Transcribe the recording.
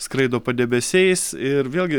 skraido padebesiais ir vėlgi